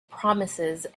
promises